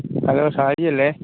hello ഷാജിയല്ലേ